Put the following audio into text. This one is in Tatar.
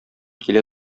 килә